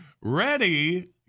Ready